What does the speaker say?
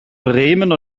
bremen